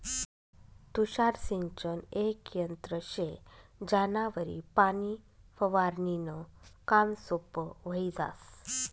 तुषार सिंचन येक यंत्र शे ज्यानावरी पाणी फवारनीनं काम सोपं व्हयी जास